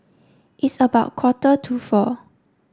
its about quarter to four